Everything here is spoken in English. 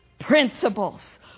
principles